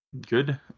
Good